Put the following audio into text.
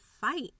fight